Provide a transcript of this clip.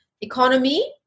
economy